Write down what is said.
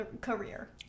career